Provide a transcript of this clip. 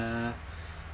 uh